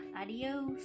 Adios